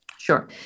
Sure